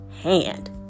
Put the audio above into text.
hand